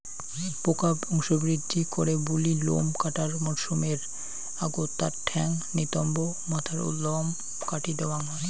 পোকা বংশবৃদ্ধি করে বুলি লোম কাটার মরসুমের আগত তার ঠ্যাঙ, নিতম্ব, মাথার লোম কাটি দ্যাওয়াং